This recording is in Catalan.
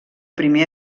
primer